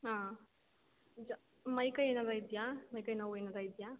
ಹಾಂ ಜ ಮೈ ಕೈ ನೋವು ಇದೆಯಾ ಮೈ ಕೈ ನೋವು ಏನಾರು ಇದೆಯಾ